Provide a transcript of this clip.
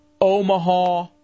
Omaha